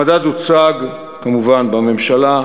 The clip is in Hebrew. המדד הוצג כמובן בממשלה,